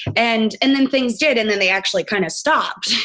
and and then things did. and then they actually kind of stopped.